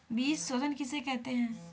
बीज शोधन किसे कहते हैं?